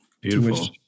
Beautiful